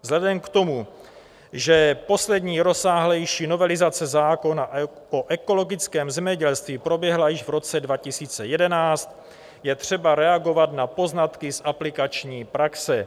Vzhledem k tomu, že poslední rozsáhlejší novelizace zákona o ekologickém zemědělství proběhla již v roce 2011, je třeba reagovat na poznatky z aplikační praxe.